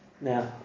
Now